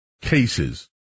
cases